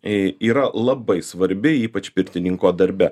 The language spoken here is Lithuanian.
į yra labai svarbi ypač pirtininko darbe